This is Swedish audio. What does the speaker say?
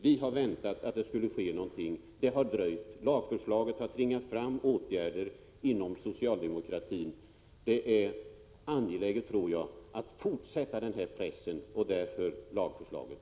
Vi har väntat att någonting skulle ske, men det har dröjt. Lagförslaget har tvingat fram åtgärder inom det socialdemokratiska partiet. Jag tror att det är angeläget att fortsätta denna press, och därför framförs lagförslaget.